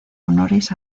honores